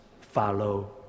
follow